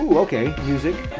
ah okay, music.